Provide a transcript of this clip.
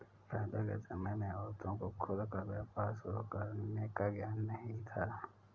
पहले के समय में औरतों को खुद का व्यापार शुरू करने का ज्ञान ही नहीं था